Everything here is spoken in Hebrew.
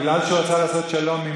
בגלל שהוא רצה לעשות שלום,